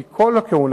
כי כל כהונה,